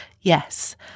Yes